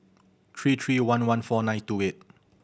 three three one one four nine two eight